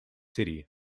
city